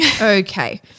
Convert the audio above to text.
Okay